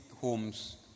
homes